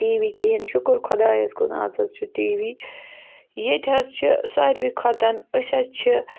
T V کِہیٖنۍ شُکُر خۄدایَس کُن آز حظ چھُ ٹی وی ییٚتہِ حظ چھِ ساروی کھۄتہٕ أسۍ حظ چھِ